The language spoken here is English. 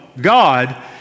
God